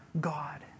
God